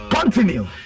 Continue